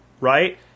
right